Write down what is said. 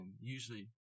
usually